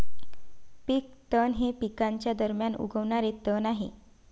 पीक तण हे पिकांच्या दरम्यान उगवणारे तण आहे